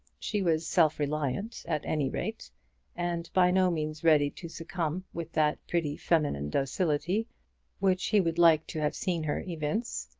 she was self-reliant, at any rate and by no means ready to succumb with that pretty feminine docility which he would like to have seen her evince.